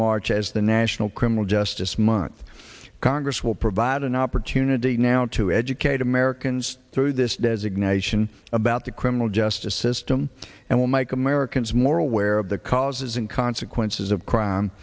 march as the national criminal justice month congress will provide an opportunity now to educate americans through this designation about the criminal justice system and will make americans more aware of the causes and consequences of crime